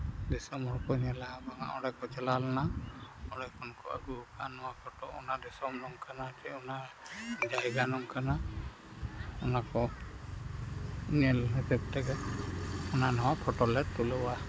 ᱫᱤᱥᱚᱢ ᱦᱚᱲᱠᱚ ᱧᱮᱞᱟ ᱵᱟᱝᱼᱟ ᱚᱸᱰᱮ ᱠᱚ ᱪᱟᱞᱟᱣ ᱞᱮᱱᱟ ᱚᱸᱰᱮ ᱠᱷᱚᱱ ᱠᱚ ᱟᱹᱜᱩ ᱠᱟᱜᱼᱟ ᱱᱚᱣᱟ ᱯᱷᱚᱴᱚ ᱚᱱᱟ ᱫᱤᱥᱚᱢ ᱱᱚᱝᱠᱟᱱᱟ ᱪᱮ ᱚᱱᱟ ᱡᱟᱭᱜᱟ ᱱᱚᱝᱠᱟᱱᱟ ᱚᱱᱟ ᱠᱚ ᱧᱮᱞ ᱦᱚᱛᱮᱡ ᱛᱮᱜᱮ ᱚᱱᱟ ᱱᱚᱣᱟ ᱯᱷᱳᱴᱳᱞᱮ ᱛᱩᱞᱟᱹᱣᱟ